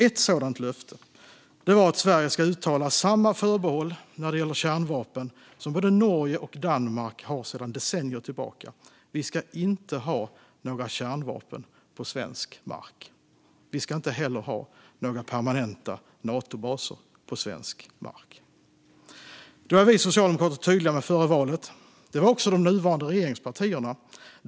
Ett sådant löfte var att Sverige ska uttala samma förbehåll när det gäller kärnvapen som både Norge och Danmark har sedan decennier tillbaka. Vi ska inte ha några kärnvapen på svensk mark. Vi ska heller inte ha några permanenta Natobaser på svensk mark. Vi socialdemokrater var tydliga med detta före valet. Det var också de nuvarande regeringspartierna.